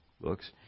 books